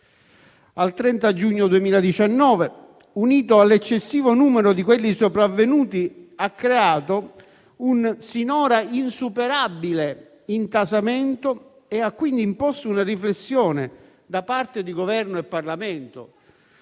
al 30 giugno 2019), unito all'eccessivo numero di quelli sopravvenuti, ha creato un sinora insuperabile intasamento, imponendo quindi una riflessione da parte di Governo e Parlamento,